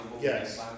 Yes